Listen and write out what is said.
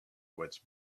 was